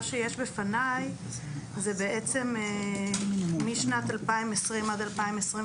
מה שיש בפניי זה בעצם משנת 2020 עד 2023,